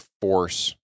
force